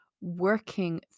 working